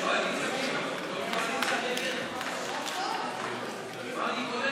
ההסתייגות לחלופין של חבר הכנסת מיקי לוי לסעיף 1 לא נתקבלה.